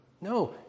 No